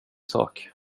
sak